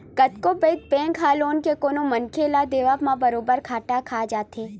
कतको पइत बेंक ह लोन के कोनो मनखे ल देवब म बरोबर घाटा खा जाथे